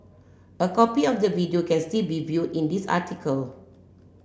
a copy of the video can still be viewed in this article